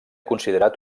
considerat